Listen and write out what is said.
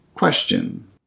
Question